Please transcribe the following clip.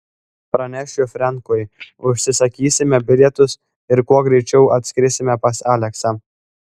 pranešiu frenkui užsisakysime bilietus ir kuo greičiau atskrisime pas aleksą